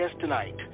tonight